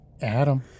Adam